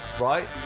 right